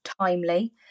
timely